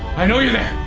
i know you're there!